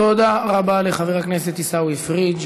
תודה רבה לחבר הכנסת עיסאווי פריג'.